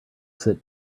sit